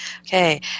Okay